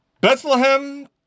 Bethlehem